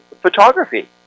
photography